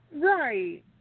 Right